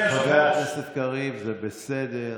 חברי הכנסת קריב, זה בסדר.